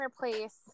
replace